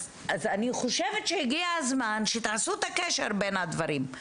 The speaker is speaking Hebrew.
אני חושבת שהגיע הזמן שתעשו את הקשר בין הדברים.